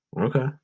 Okay